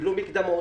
קיבלו מקדמות.